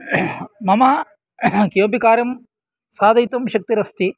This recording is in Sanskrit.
मम किमपि कार्यं साधयितुं शक्तिरस्ति